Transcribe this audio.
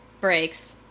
breaks